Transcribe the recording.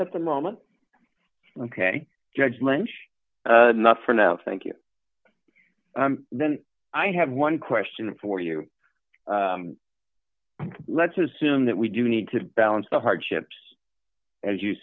at the moment ok judge lynch enough for now thank you then i have one question for you let's assume that we do need to balance the hardships as you